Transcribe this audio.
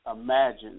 Imagine